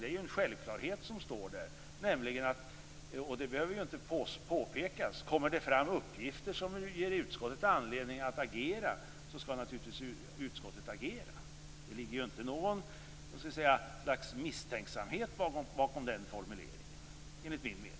Det är en självklarhet som står där, nämligen att utskottet naturligtvis skall agera om det kommer fram uppgifter som ger utskottet anledning att agera. Det behöver inte påpekas. Det ligger ingen misstänksamhet bakom den formuleringen, enligt min mening.